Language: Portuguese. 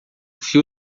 fio